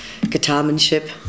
guitarmanship